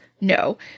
No